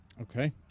Okay